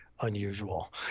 unusual